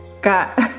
got